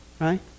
Right